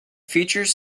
features